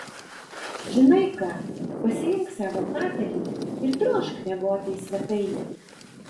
žinai ką pasiimk savo patalynę ir drožk miegoti į svetainę